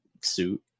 suit